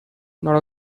not